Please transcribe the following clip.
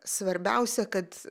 svarbiausia kad